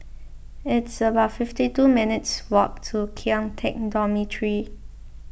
it's about fifty two minutes' walk to Kian Teck Dormitory